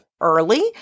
early